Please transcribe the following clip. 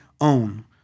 own